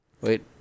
Wait